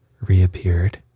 reappeared